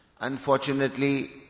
unfortunately